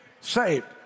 Saved